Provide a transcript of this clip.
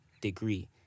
degree